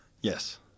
Yes